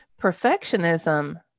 perfectionism